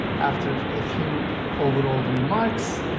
after a few overall remarks,